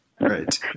Right